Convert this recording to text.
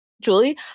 Julie